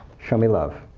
show me love.